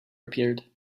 appeared